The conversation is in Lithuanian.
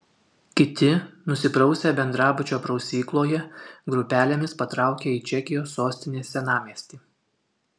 kiti nusiprausę bendrabučio prausykloje grupelėmis patraukė į čekijos sostinės senamiestį